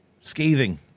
scathing